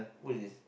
who is this